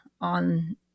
on